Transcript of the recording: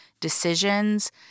decisions